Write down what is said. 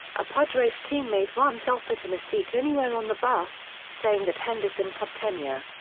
a padres teammate once offered him a seat anywhere on the bus, saying that henderson had tenure.